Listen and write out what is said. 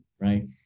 right